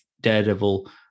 Daredevil